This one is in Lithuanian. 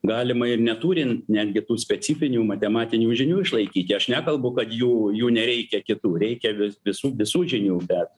galima ir neturint netgi tų specifinių matematinių žinių išlaikyti aš nekalbu kad jų jų nereikia kitų reikia vi visų visų žinių bet